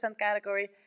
category